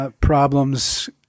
problems